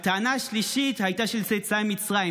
הטענה השלישית הייתה של צאצאי מצרים,